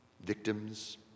victims